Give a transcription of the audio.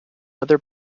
other